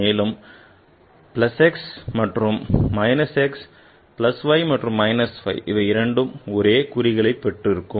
மேலும் plus x மற்றும் minus x plus y and minus y - இவை இரண்டுமே ஒரே குறிகளைப் பெற்று இருக்கும்